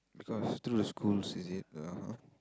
because through the schools is it uh-huh